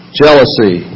jealousy